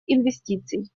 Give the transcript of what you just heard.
инвестиций